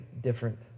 different